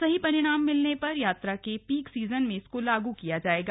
सही परिणाम मिलने पर यात्रा के पीक सीजन में इसको लागू किया जाएगा